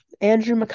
Andrew